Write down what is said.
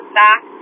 back